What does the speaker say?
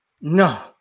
No